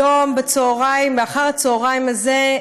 היום בצהריים ואחר הצהריים הזה,